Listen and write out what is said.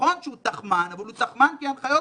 נכון שהוא תחמן אבל הוא תחמן כי ההנחיות